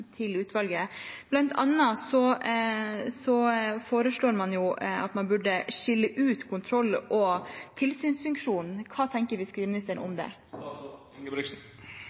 foreslår man at man bør skille ut kontroll- og tilsynsfunksjonen. Hva tenker fiskeriministeren om det?